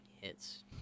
hits